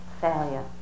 failure